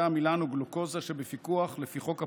עמילן וגלוקוזה שבפיקוח לפי חוק הפיקוח,